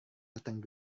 datang